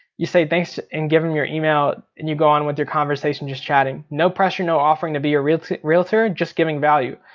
you say thanks and give him your email and you go on with your conversation just chatting. no pressure, no offering to be a realtor, just giving value.